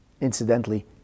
incidentally